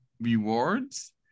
rewards